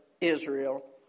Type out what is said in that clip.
Israel